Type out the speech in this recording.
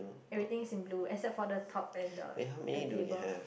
everything's in blue except for the top and the the table